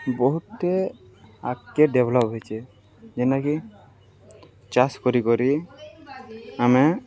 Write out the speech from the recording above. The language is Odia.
ବହୁତ୍ଟେ ଆଗ୍କେ ଡେଭ୍ଲପ୍ ହେଇଛେ ଜେନ୍ଟାକି ଚାଷ୍ କରିକରି ଆମେ